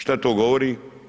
Što to govori?